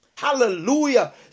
Hallelujah